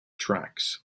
tracks